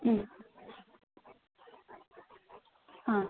മ് ആ